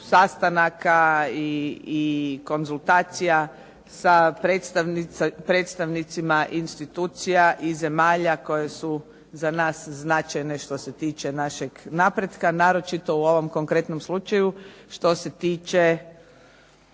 sastanaka i konzultacija sa predstavnicima institucija i zemalja koje su za nas značajne što se tiče našeg napretka, naročito u ovom konkretnom slučaju što se ticalo